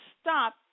stop